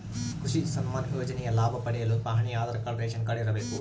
ಕೃಷಿ ಸನ್ಮಾನ್ ಯೋಜನೆಯ ಲಾಭ ಪಡೆಯಲು ಪಹಣಿ ಆಧಾರ್ ಕಾರ್ಡ್ ರೇಷನ್ ಕಾರ್ಡ್ ಇರಬೇಕು